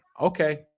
Okay